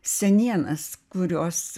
senienas kurios